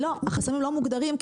לא, החסמים לא מוגדרים.